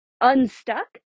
unstuck